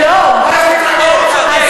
מה יש להתרגש?